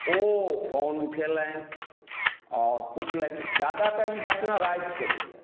ओ phone उठेलनि आओर पुछलथि जादातर ई घटना रातिके होइया